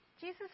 Jesus